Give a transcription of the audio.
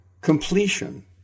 completion